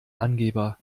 angeber